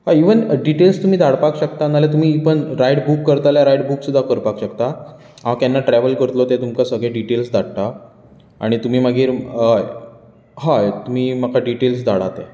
हय even details तुमी धाडपाक शकता ना जाल्यार इवन तुमी रायड बूक करता रायड बूक सुद्धा करपाक शकता हांव केन्ना ट्रेवल करतलो तें तुमकां सगळें डिटेल्स धाडटा आनी तुमी मागीर हय हय तुमी मागीर म्हाका डिटेल्स धाडा ते